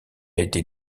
été